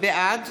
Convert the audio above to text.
בעד